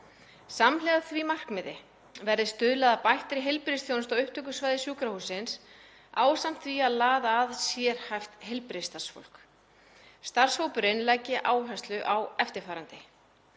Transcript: Samhliða því markmiði verði stuðlað að bættri heilbrigðisþjónustu á upptökusvæði sjúkrahússins ásamt því að laða að sérhæft heilbrigðisstarfsfólk. Starfshópurinn leggi áherslu á eftirfarandi: